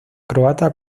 croata